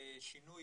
שינוי